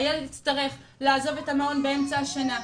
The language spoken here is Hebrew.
הילד יצטרך לעזוב את המעון באמצע השנה,